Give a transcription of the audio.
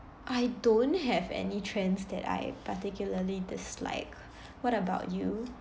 I don't have any trends that I particularly dislike what about you